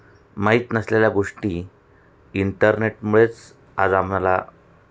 माहीत नसलेल्या गोष्टी इंटरनेटमुळेच आज आम्हाला